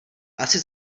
asi